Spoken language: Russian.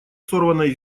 сорванной